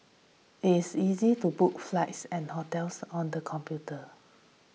it is easy to book flights and hotels on the computer